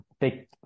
big